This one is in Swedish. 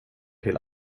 till